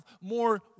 more